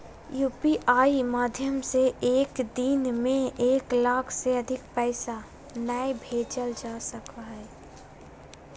UPI माध्यम से एक दिन में एक लाख से अधिक पैसा नय भेजल जा सको हय